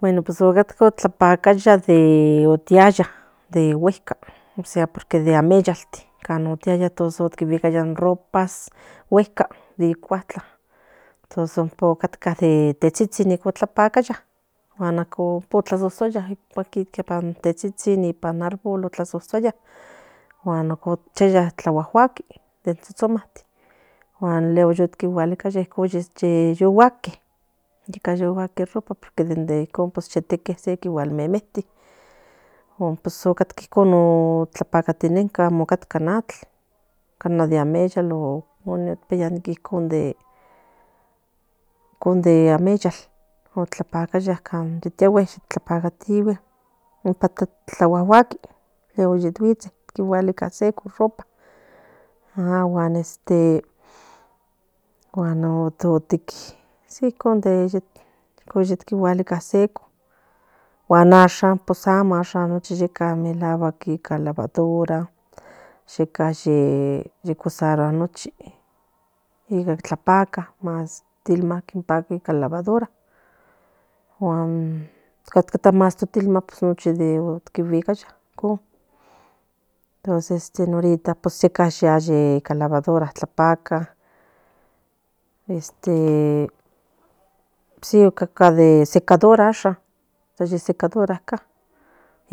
Bueno pues otcatca tlamacaya de oyoctiaya de gueyca osea porque tiacha cuishikiaya in ropas guetka ican cuatlan tos tetisin clapacoyan ocasusuaya ipan in tetsitsin ipan in árbol cuasosiaba y ochiaba juaguagati in tsotsoma guan luego cualiquiaba de sheguaki iván yo guaje in ropa de se que memelti otcatca icon tlapacatineca amo catca in atl i con de ameyayl tlapapaca ipan tlaguaguaki cualica seco in ropa guan este se icon de ye cualica seco guan ayshan ipan lavadora yeca usarua nochi ica tlapaca tilmal ipan lavadora nochi de niguicaya ahorita ya con lavadora tlapaca este si catca de secadora ca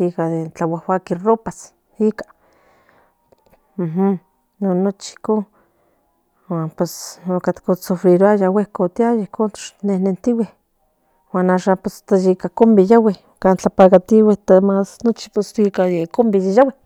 ica ica guaguaki in ropa nochi icon guan pus sufriruaya icon guan ayshan ica combi nochye yagui